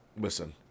listen